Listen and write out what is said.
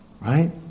right